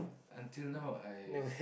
until now I